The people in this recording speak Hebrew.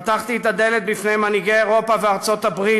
פתחתי את הדלת בפני מנהיגי אירופה וארצות-הברית,